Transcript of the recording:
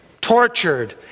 tortured